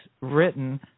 written